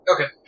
Okay